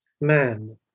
man